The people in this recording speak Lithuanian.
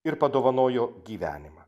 ir padovanojo gyvenimą